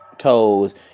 toes